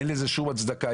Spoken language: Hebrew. אין לזה שום הצדקה.